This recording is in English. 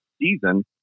season